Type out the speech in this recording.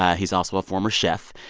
ah he's also a former chef.